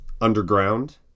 underground